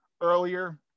earlier